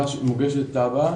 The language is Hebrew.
מוגשת תב"ע